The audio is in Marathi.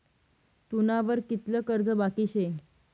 तुना वर कितलं कर्ज बाकी शे